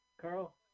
Carl